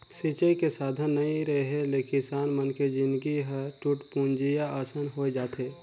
सिंचई के साधन नइ रेहे ले किसान मन के जिनगी ह टूटपुंजिहा असन होए जाथे